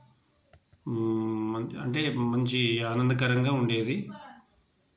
అంటే అంటే మంచి ఆనందకరంగా ఉండేది